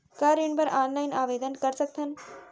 का ऋण बर ऑनलाइन आवेदन कर सकथन?